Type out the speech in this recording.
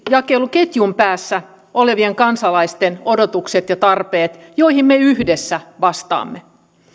jakeluketjun päässä olevien kansalaisten odotukset ja tarpeet joihin me yhdessä vastaamme